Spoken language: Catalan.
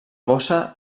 bossa